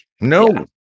no